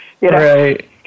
Right